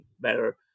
better